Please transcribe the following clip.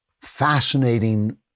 fascinating